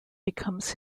becomes